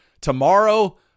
tomorrow